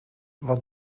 wat